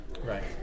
Right